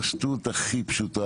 פשטות הכי פשוטה.